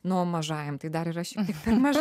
na o mažajam tai dar yra šiek tiek per mažai